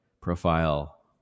profile